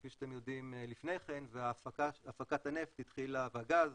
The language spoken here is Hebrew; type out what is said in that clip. כפי שאתם יודעים, לפני כן והפקת הנפט והגז